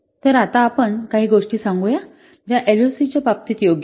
तर आता आपण काही गोष्टी सांगू या ज्या एलओसीच्या बाबतीत योग्य आहेत